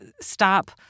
stop